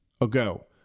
ago